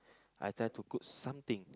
I try to cook something